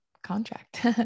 contract